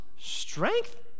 strength